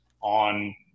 on